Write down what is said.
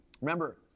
Remember